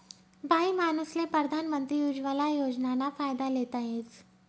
बाईमानूसले परधान मंत्री उज्वला योजनाना फायदा लेता येस